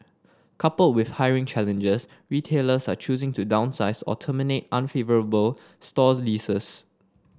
coupled with hiring challenges retailers are choosing to downsize or terminate unfavourable store leases